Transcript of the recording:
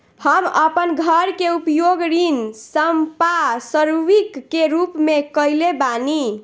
हम अपन घर के उपयोग ऋण संपार्श्विक के रूप में कईले बानी